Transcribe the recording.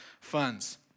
funds